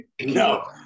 No